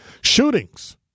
shootings